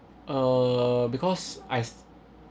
uh because I